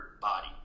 body